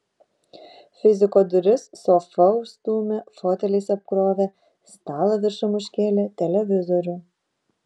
fiziko duris sofa užstūmė foteliais apkrovė stalą viršum užkėlė televizorių